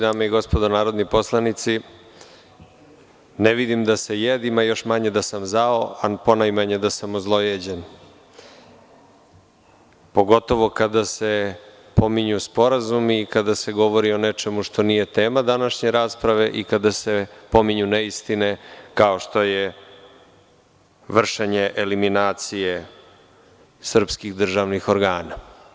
Dame i gospodo narodni poslanici, ne vidim da se jedim, a još manje da sam zao, a ponajmanje da sam ozlojeđen, pogotovo kada se pominju sporazumi i kada se govori o nečemu što nije tema današnje rasprave i kada se spominju neistine, kao što je vršenje eliminacije srpskih državnih organa.